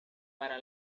para